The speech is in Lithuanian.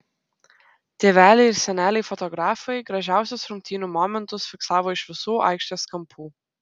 tėveliai ir seneliai fotografai gražiausius rungtynių momentus fiksavo iš visų aikštės kampų